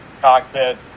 cockpit